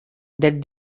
that